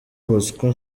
bosco